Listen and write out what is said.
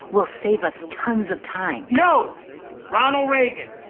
we'll save us tons of time no ronald reagan,